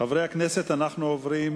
חברי הכנסת, אנחנו עוברים